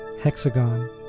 hexagon